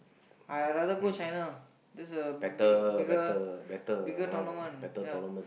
I rather go China this a bigger bigger tournament ya